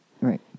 right